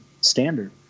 standard